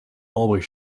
always